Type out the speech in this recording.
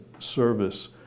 service